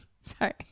sorry